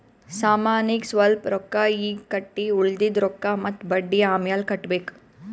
ಸಾಮಾನಿಗ್ ಸ್ವಲ್ಪ್ ರೊಕ್ಕಾ ಈಗ್ ಕಟ್ಟಿ ಉಳ್ದಿದ್ ರೊಕ್ಕಾ ಮತ್ತ ಬಡ್ಡಿ ಅಮ್ಯಾಲ್ ಕಟ್ಟಬೇಕ್